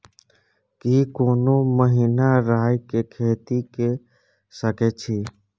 की कोनो महिना राई के खेती के सकैछी?